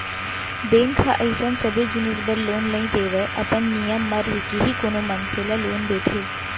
bank ह अइसन सबे जिनिस बर लोन नइ देवय अपन नियम म रहिके ही कोनो मनसे ल लोन देथे